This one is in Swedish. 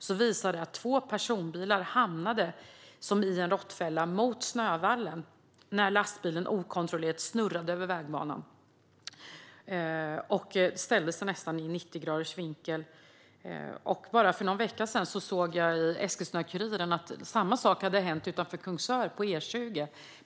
visade det sig att två personbilar hamnade som i en råttfälla mot snövallen när lastbilen okontrollerat snurrade över vägbanan och ställde sig i nästan 90 graders vinkel. Bara för någon vecka sedan såg jag i Eskilstuna-Kuriren att samma sak hade hänt utanför Kungsör på E20.